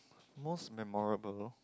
most memorable